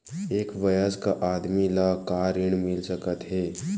एक वयस्क आदमी ला का ऋण मिल सकथे?